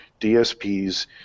DSPs